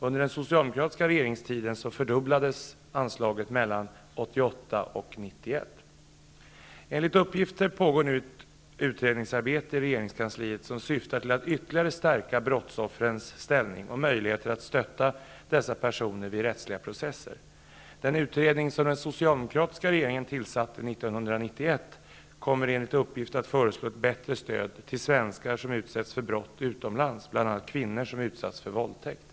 Under den socialdemokratiska regeringstiden fördubblades anslagen mellan år 1988 och 1991. Enligt uppgifter pågår nu ett utredningsarbete i regeringskansliet som syftar till att ytterligare stärka brottsoffrens ställning och möjligheter att stötta dessa personer vid rättsliga processer. Den utredning som den socialdemokratiska regeringen tillsatte 1991 kommer enligt uppgift att föreslå ett bättre stöd till svenskar som utsätts för brott utomlands, bl.a. kvinnor som utsatts för våldtäkt.